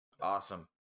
Awesome